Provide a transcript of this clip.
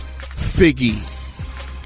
Figgy